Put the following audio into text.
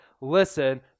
listen